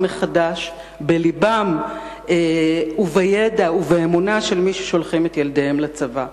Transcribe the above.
מחדש בלב ובידע ובאמונה של מי ששולחים את ילדיהם לצבא.